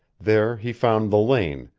there he found the lane,